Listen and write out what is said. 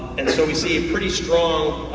and so we see a pretty strong